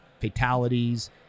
fatalities